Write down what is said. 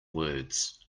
words